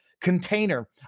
container